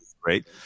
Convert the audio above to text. great